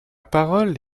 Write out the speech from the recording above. parole